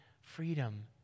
freedom